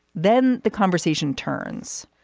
then the conversation turns.